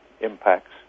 impacts